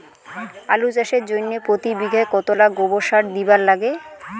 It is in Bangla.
আলু চাষের জইন্যে প্রতি বিঘায় কতোলা গোবর সার দিবার লাগে?